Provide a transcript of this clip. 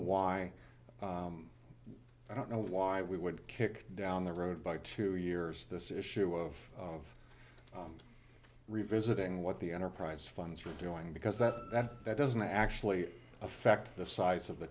why i don't know why we would kick down the road by two years this issue of revisiting what the enterprise funds are doing because that that that doesn't actually affect the size of the